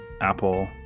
Apple